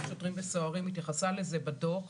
שוטרים וסוהרים התייחסת לזה בדוח.